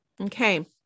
Okay